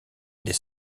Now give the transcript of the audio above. des